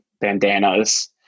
bandanas